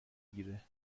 گیره